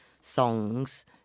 songs